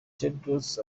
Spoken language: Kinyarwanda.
tedros